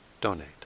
donate